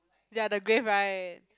ya the grave right